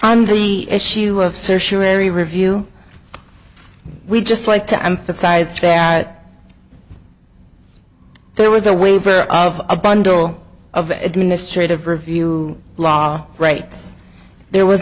on the issue of surgery review we just like to emphasize that there was a waiver of a bundle of administrative review law rights there was